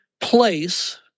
Place